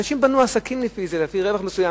אנשים בנו עסקים לפי זה, לפי רווח מסוים.